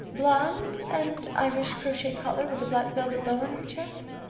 blonde? and irish crochet collar with a black velvet bow on her chest?